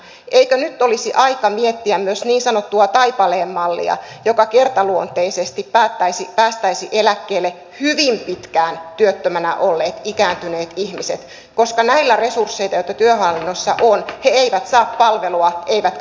eikö nyt olisi aika miettiä myös niin sanottua taipaleen mallia joka kertaluonteisesti päästäisi eläkkeelle hyvin pitkään työttömänä olleet ikääntyneet ihmiset koska näillä resursseilla joita työhallinnossa on he eivät saa palvelua eivätkä tukea